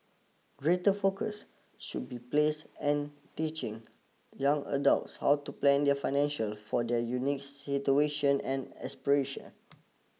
greater focus should be placed and teaching young adults how to plan their financial for their unique situation and aspiration